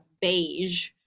beige